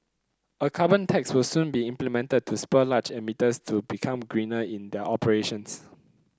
a carbon tax will soon be implemented to spur large emitters to become greener in their operations